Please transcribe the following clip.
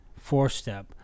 four-step